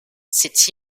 c’est